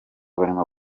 barimo